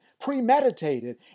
premeditated